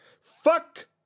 Fuck